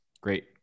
Great